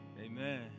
Amen